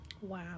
Wow